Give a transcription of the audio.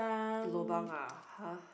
lobang ah !huh!